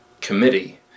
committee